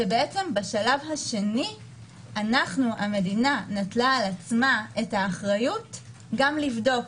בשלב השני המדינה לקחה על עצמה את האחריות גם לבדוק,